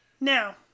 Now